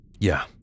Yeah